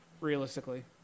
realistically